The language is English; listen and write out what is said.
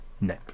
No